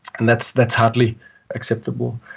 and that's that's hardly acceptable.